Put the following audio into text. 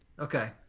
Okay